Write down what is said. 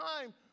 time